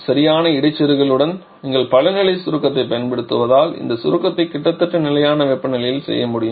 சரியான இடைச்செருகலுடன் நீங்கள் பல நிலை சுருக்கத்தைப் பயன்படுத்துவதால் இந்த சுருக்கத்தை கிட்டத்தட்ட நிலையான வெப்பநிலையில் செய்ய முடியும்